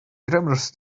grammars